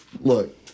look